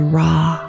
raw